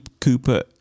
Cooper